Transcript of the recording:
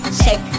check